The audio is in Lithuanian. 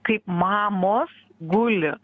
kaip mamos guli